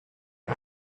the